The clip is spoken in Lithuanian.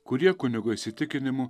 kurie kunigo įsitikinimu